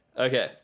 Okay